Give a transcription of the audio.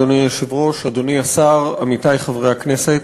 אדוני היושב-ראש, אדוני השר, עמיתי חברי הכנסת,